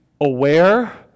aware